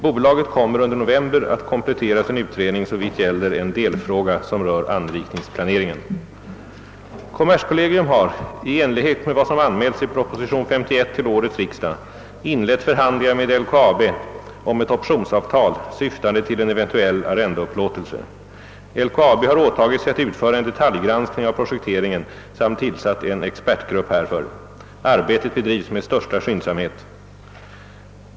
Bolaget kommer under november att komplettera sin utredning såvitt gäller en delfråga som rör anrikningsplaneringen. Kommerskollegium har i enlighet med vad som anmälts i proposition nr 51 till årets riksdag inlett förhandlingar med LKAB om ett optionsavtal syftande till en eventuell arrendeupplåtelse. LKAB har åtagit sig att utföra en detaljganskning av projekteringen samt tillsatt en expertgrupp härför. Arbetet bedrivs med största skyndsamhet.